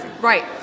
Right